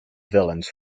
villains